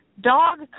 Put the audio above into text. dog